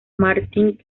martin